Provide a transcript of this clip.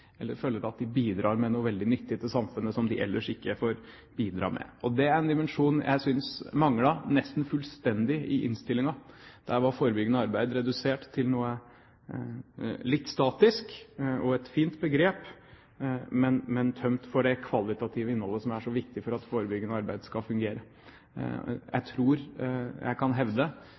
eller at de føler at de bidrar til samfunnet med noe veldig nyttig som de ellers ikke får bidra med. Det er en dimensjon som jeg syntes manglet nesten fullstendig i innstillingen. Der var forebyggende arbeid redusert til noe litt statisk og et fint begrep, men tomt for det kvalitative innholdet som er så viktig for at forebyggende arbeid skal fungere. Jeg tror jeg kan hevde,